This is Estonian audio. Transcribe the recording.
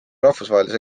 rahvusvahelise